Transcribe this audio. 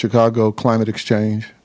chicago climate exchange